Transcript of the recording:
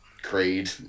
creed